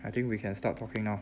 I think we can start talking now